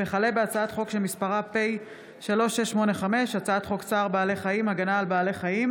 וכלה בהצעת חוק פ/3685: הצעת חוק מוקד חירום רפואי טלפוני,